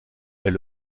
est